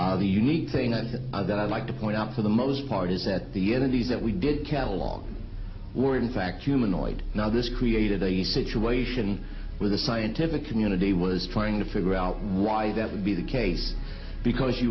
the unique thing and that i'd like to point out for the most part is that the energy that we did catalogue were in fact humanoid now this created a situation where the scientific community was trying to figure out why that would be the case because you